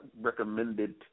recommended